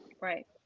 Right